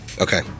Okay